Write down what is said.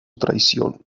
traición